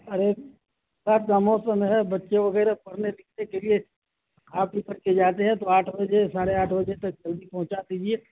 ارے برسات کا موسم بچے وغیرہ پڑھنے لکھنے کے لیے کھا پی کر کے جاتے ہیں تو آٹھ بجے ساڑھے آٹھ بجے تک جلدی پہنچا دیجیے